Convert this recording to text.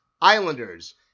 Islanders